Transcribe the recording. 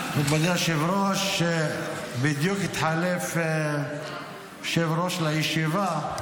היושב-ראש, בדיוק התחלף יושב-ראש לישיבה.